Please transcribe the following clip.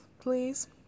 please